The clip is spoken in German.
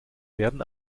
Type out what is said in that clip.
werden